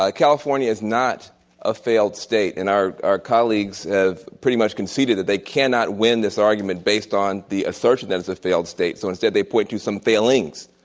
ah california is not a failed state and our our colleagues have pretty much conceded that they cannot win this argument based on the assertion that it's a failed state so instead they point to some failings.